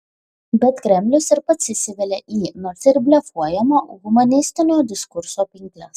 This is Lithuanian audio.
bet kremlius ir pats įsivelia į nors ir blefuojamo humanistinio diskurso pinkles